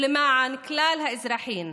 ולמען כלל האזרחים.